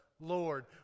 Lord